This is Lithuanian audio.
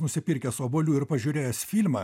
nusipirkęs obuolių ir pažiūrėjęs filmą